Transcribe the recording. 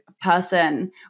person